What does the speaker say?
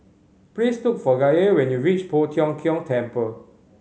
please look for Gaye when you reach Poh Tiong Kiong Temple